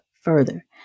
further